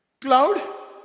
cloud